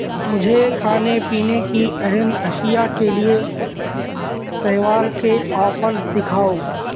مجھے کھانے پینے کی اہم اشیاء کے لیے تہوار کے آفرز دکھاؤ